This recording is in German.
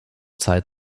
zeit